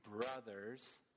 brothers